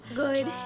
good